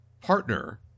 partner